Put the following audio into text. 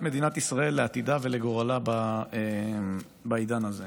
מדינת ישראל לעתידה ולגורלה בעידן הזה.